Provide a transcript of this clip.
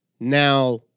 Now